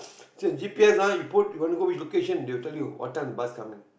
g_p_s ah you put you want to go which location they will tell you what time the bus coming